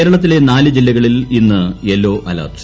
കേരളത്തിലെ നാല് ജില്ലകളിൽ ഇന്ന് യെല്ലോ അലേർട്ട്